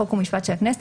חוק ומשפט של הכנסת,